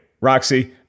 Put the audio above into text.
Roxy